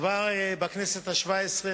כבר בכנסת השבע-עשרה,